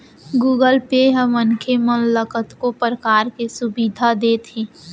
Google Pay ह मनखे मन ल कतको परकार के सुभीता देत हे